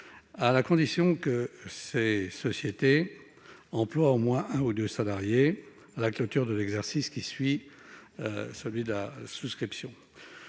à la condition que ces sociétés emploient au moins un ou deux salariés à la clôture de l'exercice suivant celui de la souscription.